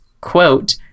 quote